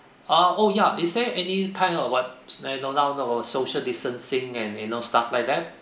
ah oh ya is there any kind of what social distancing and and you know stuff like that